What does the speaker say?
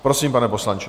Prosím, pane poslanče.